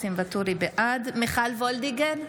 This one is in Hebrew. מיכל מרים וולדיגר,